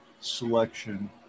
selection